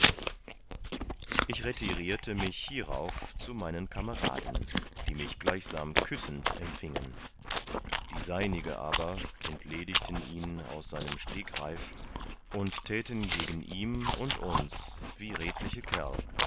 ich retirierte mich hierauf zu meinen kameraden die mich gleichsam küssend empfiengen die seinige aber entledigten ihn aus seinem stegraif und täten gegen ihm und uns wie redliche kerl